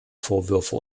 vorwürfe